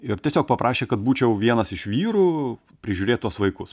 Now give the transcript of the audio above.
ir tiesiog paprašė kad būčiau vienas iš vyrų prižiūrėt tuos vaikus